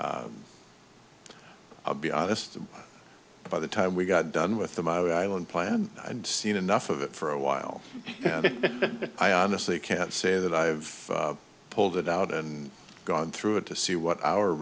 i'll be honest by the time we got done with the mile island plan and seen enough of it for a while i honestly can't say that i have pulled it out and gone through it to see what our